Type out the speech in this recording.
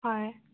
হয়